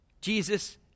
Jesus